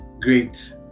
great